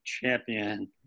champion